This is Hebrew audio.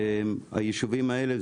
היישובים האלה,